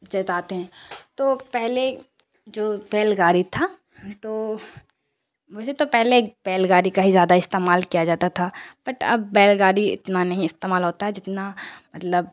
جوتاتے ہیں تو پہلے جو بیل گاڑی تھا تو مجھے تو پہلے بیل گاڑی کا ہی زیادہ استعمال کیا جاتا تھا بٹ اب بیل گاڑی اتنا نہیں استعمال ہوتا ہے جتنا مطلب